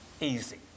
easy